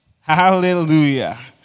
Hallelujah